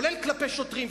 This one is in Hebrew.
גם כלפי שוטרים,